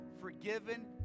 forgiven